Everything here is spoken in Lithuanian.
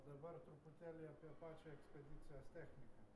dabar truputėlį apie pačią ekspedicijos techniką